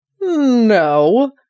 No